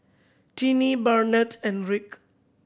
Tiney Barnett and Rick